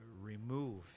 Remove